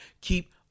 keep